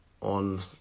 on